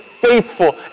faithful